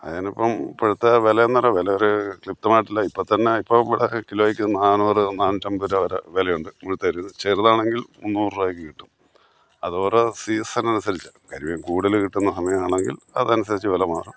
അതിന് ഇപ്പം ഇപ്പോഴത്തെ വെലെന്നറ വില ഒരു കൃത്യമായിട്ടില്ല ഇപ്പോൾ തന്നെ ഇപ്പം ഇവിടെ കിലോക്ക് നാനൂറ് നാനൂറ്റി അമ്പത് രൂപ വരെ വിലയുണ്ട് ഇവിടത്തെ വലുത് ചെറുതാണെങ്കിലും മുന്നൂറ് രൂപക്ക് കിട്ടും അത് ഓരോ സീസൺ അനുസരിച്ചാണ് കരിമീൻ കൂടുതൽ കിട്ടുന്ന സമയം ആണെങ്കിൽ അത് അനുസരിച്ച് വില മാറും